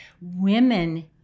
Women